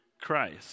Christ